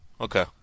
Okay